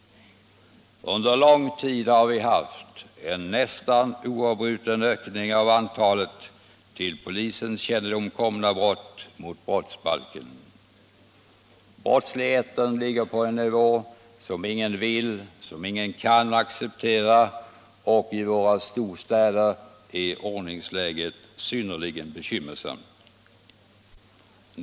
Under lång tid har vi haft en nästan oavbruten ökning av antalet till polisens kännedom komna brott mot brottsbalken. Brottsligheten ligger på en nivå som ingen kan eller vill acceptera, och i våra storstäder är ordningsläget synnerligen bekymmersamt.